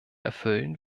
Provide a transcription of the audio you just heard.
erfüllen